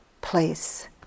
place